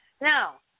Now